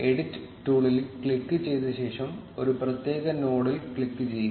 edit ടൂളിൽ click ചെയ്ത ശേഷം ഒരു പ്രത്യേക നോഡിൽ ക്ലിക്ക് ചെയ്യുക